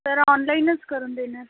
तर ऑनलाईनच करून देणार